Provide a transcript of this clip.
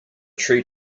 tree